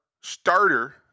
starter